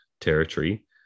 territory